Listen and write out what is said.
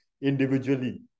individually